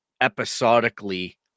episodically